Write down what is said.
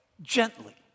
Gently